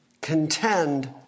contend